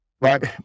Right